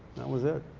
that was it.